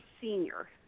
senior